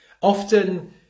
Often